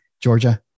Georgia